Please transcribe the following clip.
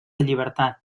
llibertat